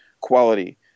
quality